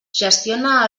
gestiona